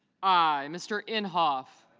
i. mr. in half